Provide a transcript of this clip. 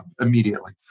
immediately